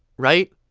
right?